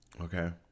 okay